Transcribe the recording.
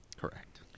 Correct